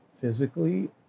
physically